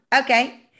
okay